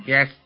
Yes